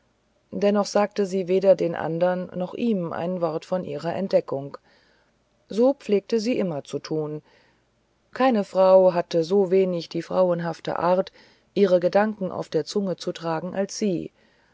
dennoch sagte sie weder den anderen noch ihm ein wort von ihrer entdeckung so pflegte sie immer zu tun keine frau hatte so wenig die frauenhafte art ihre gedanken auf der zunge zu tragen als sie